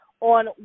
on